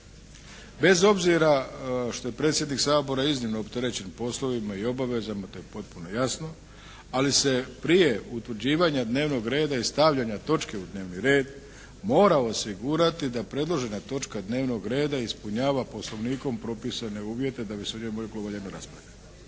Bez obzira što je predsjednik Sabora iznimno opterećen poslovima i obavezama, to je potpuno jasno, ali se prije utvrđivanja dnevnog reda i stavljanja točke u dnevni red mora osigurati da predložena točka dnevnog reda ispunjava Poslovnikom propisane uvjete da bi o njoj moglo …/Govornik